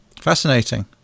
Fascinating